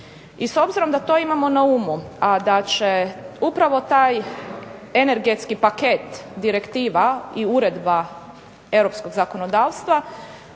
I s obzirom da to imamo na umu, a da će upravo taj energetski paket direktiva i uredba europskog zakonodavstva